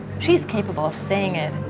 she's capable of saying it.